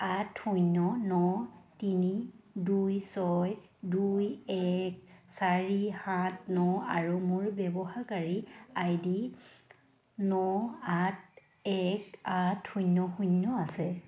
আঠ শূন্য ন তিনি দুই ছয় দুই এক চাৰি সাত ন আৰু মোৰ ব্যৱহাৰকাৰী আই ডি ন আঠ এক আঠ শূন্য শূন্য আছে